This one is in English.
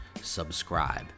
subscribe